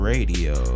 Radio